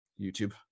YouTube